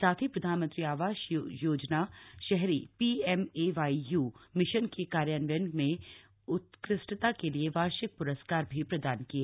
साथ ही प्रधानमंत्री आवास योजना शहरी पीएमएवाई य् मिशन के कार्यान्वयन में उत्कृष्टता के लिए वार्षिक प्रस्कार भी प्रदान किए